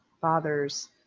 fathers